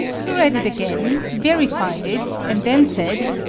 he read it again, verified it, and then said,